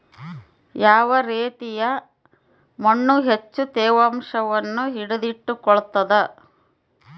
ಯಾವ ರೇತಿಯ ಮಣ್ಣು ಹೆಚ್ಚು ತೇವಾಂಶವನ್ನು ಹಿಡಿದಿಟ್ಟುಕೊಳ್ತದ?